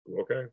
Okay